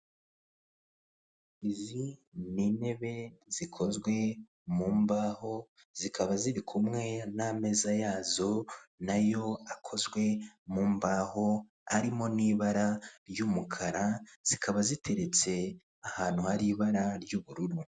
Izi ni ntebe zikozwe mu mbaho, zikaba ziri kumwe n'ameza yazo, na yo akozwe mu mbaho, arimo n'ibara ry'umukara, zikaba ziteretse ahantu hari ibara ry'ubururu.